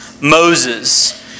Moses